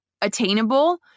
Attainable